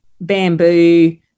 bamboo